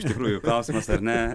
iš tikrųjų klausimas ar ne